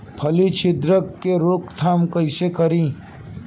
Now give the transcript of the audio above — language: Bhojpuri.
फली छिद्रक के रोकथाम कईसे करी?